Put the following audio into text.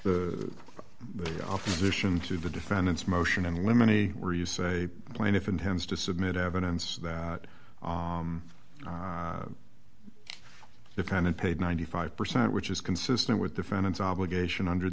the opposition to the defendants motion and women e where you say plaintiff intends to submit evidence that the kind of paid ninety five percent which is consistent with defendants obligation under